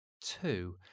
two